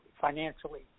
financially